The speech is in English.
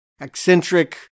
eccentric